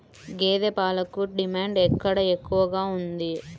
గేదె పాలకు డిమాండ్ ఎక్కడ ఎక్కువగా ఉంది?